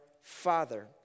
Father